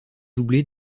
doublé